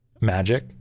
magic